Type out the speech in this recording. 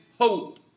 hope